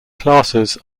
classes